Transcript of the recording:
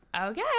Okay